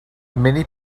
many